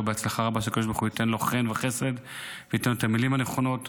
שהקדוש ברוך הוא ייתן לו חן וחסד וייתן לו את המילים הנכונות,